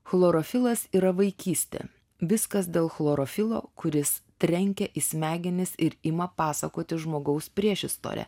chlorofilas yra vaikystė viskas dėl chlorofilo kuris trenkia į smegenis ir ima pasakoti žmogaus priešistorę